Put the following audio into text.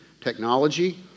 technology